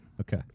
Okay